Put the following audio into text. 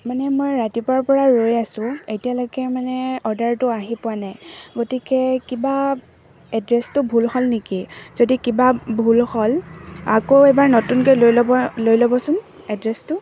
মানে মই ৰাতিপুৱাৰ পৰা ৰৈ আছোঁ এতিয়ালৈকে মানে অৰ্ডাৰটো আহি পোৱা নাই গতিকে কিবা এড্ৰেছটো ভুল হ'ল নেকি যদি কিবা ভুল হ'ল আকৌ এবাৰ নতুনকৈ লৈ ল'ব লৈ ল'বচোন এড্ৰেছটো